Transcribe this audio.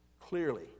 Clearly